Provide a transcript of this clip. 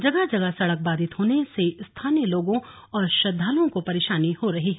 जगह जगह सड़क बाधित होने से स्थानीय लोगों और श्रद्दालुओं को परेशानी हो रही है